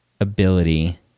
ability